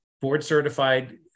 board-certified